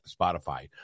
spotify